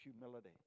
humility